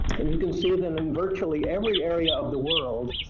and you can see that in virtually every area of the world,